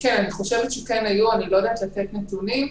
אני חושבת שכן היו, אני לא יודעת לתת נתונים.